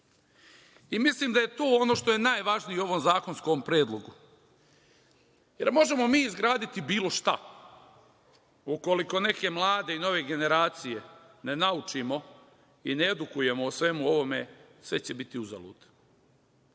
posete. Mislim da je to ono što je najvažnije u ovom zakonskom predlogu, jer možemo mi izgraditi bilo šta, ukoliko neke mlade i nove generacije ne naučimo i ne edukujemo o svemu ovome, sve će biti uzalud. Stoga